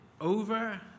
over